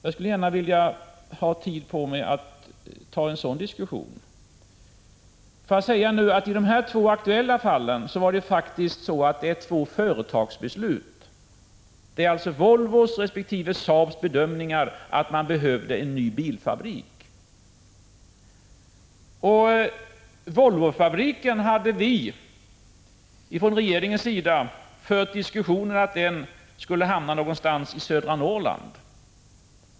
Jag skulle gärna vilja ha tid på mig att föra en diskussion om den frågan. Får jag nu säga att det i de två aktuella fallen faktiskt förelåg två företagsbeslut. Det är alltså Volvos resp. Saabs bedömning att man behövde en ny bilfabrik. När det gäller Volvofabriken hade vi från regeringens sida fört en diskussion om att den skulle hamna någonstans i södra Norrland.